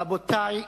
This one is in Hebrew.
רבותי,